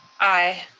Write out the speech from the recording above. aye.